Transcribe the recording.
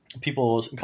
people